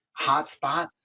hotspots